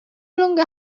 longer